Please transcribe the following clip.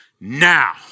now